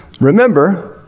remember